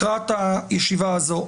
לקראת הישיבה הזו,